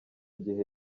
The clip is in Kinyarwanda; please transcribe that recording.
gihe